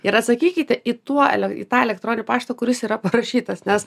ir atsakykiteį tuo į tą elektroninį paštą kuris yra paprašytas nes